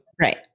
Right